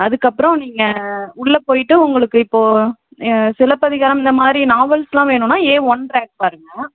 அதுக்கப்பறம் நீங்கள் உள்ளே போயிட்டு உங்களுக்கு இப்போது சிலப்பதிகாரம் இந்தமாதிரி நாவல்ஸ்லாம் வேணும்னா ஏ ஒன் ரேக் பாருங்கள்